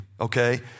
okay